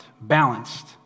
balanced